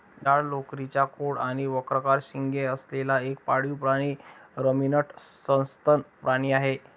जाड लोकरीचा कोट आणि वक्राकार शिंगे असलेला एक पाळीव प्राणी रमिनंट सस्तन प्राणी आहे